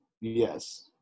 Yes